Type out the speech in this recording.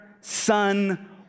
Son